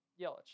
Yelich